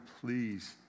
please